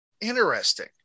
Interesting